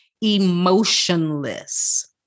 emotionless